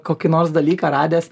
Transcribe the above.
kokį nors dalyką radęs